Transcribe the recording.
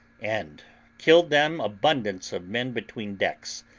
and killed them abundance of men between decks,